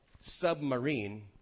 submarine